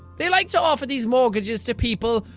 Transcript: they like to offer these mortgages to people,